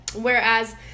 Whereas